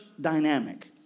dynamic